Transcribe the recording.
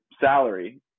salary